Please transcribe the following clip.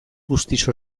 guztiz